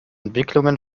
entwicklungen